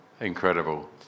incredible